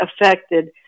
affected